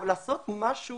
אבל לעשות משהו